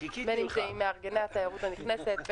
בין אם זה עם מארגני התיירות הנכנסת,